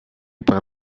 par